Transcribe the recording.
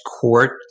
court